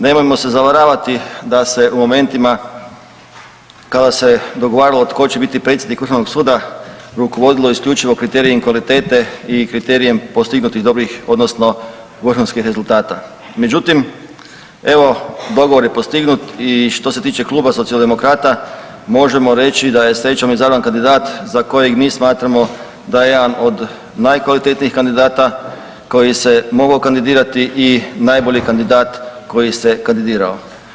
Nemojmo se zavaravati da se u momentima kada se dogovaralo tko će biti predsjednik VSRH-a rukovodilo isključivo kriterijem kvalitete i kriterijem postignutih dobrih odnosno vrhunskih rezultata, međutim, evo, dogovor je postignut i što se tiče Kluba socijaldemokrata, možemo reći da je srećom, izabran kandidat za kojeg mi smatramo da je jedan od najkvalitetnijih kandidata koji se mogao kandidirati i najbolji kandidat koji se kandidirao.